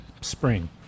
spring